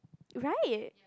right